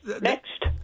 Next